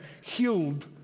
healed